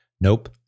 Nope